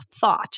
thought